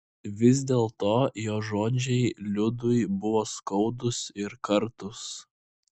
vis dėlto jo žodžiai liudui buvo skaudūs ir kartūs